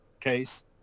case